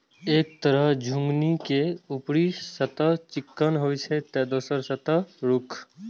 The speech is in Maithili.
एक तरह झिंगुनी के ऊपरी सतह चिक्कन होइ छै, ते दोसर के रूख